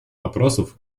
вопросов